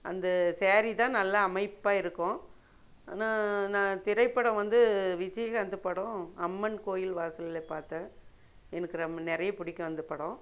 அந்த சேரீ தான் நல்லா அமைப்பாக இருக்கும் ஆனால் நான் திரைப்படம் வந்து விஜய்காந்து படம் அம்மன் கோயில் வாசலிலே பார்த்தேன் எனக்கு ரொம்ப நிறைய பிடிக்கும் அந்த படம்